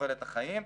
לתוחלת החיים.